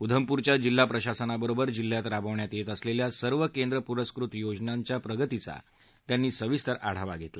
उधमपूरच्या जिल्हा प्रशासनाबरोबर जिल्ह्यात राबवण्यात येत असलेल्या सर्व केंद्रपुरस्कृत योजनांच्या प्रगतीचा त्यांनी सविस्तर आढावा घेतला